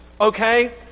okay